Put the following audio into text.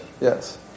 Yes